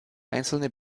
einzelne